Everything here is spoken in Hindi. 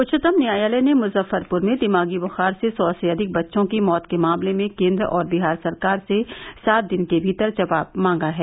उच्चतम न्यायालय ने मुजफ्फरपुर में दिमागी बुखार से सौ से अधिक बच्चों की मौत के मामले में केन्द्र और बिहार सरकार से सात दिन के भीतर जवाब मांगा है